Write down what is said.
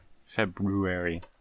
February